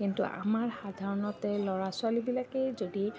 কিন্তু আমাৰ সাধাৰণতে ল'ৰা ছোৱালীবিলাকেই যদি